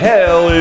Hell